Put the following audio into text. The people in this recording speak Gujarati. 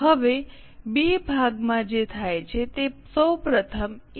હવે બી ભાગમાં જે થાય છે તે સૌ પ્રથમ એ